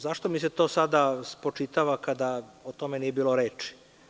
Zašto mi se to sada spočitava kada o tome nije bilo reči?